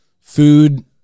food